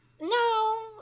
No